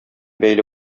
бәйле